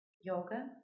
yoga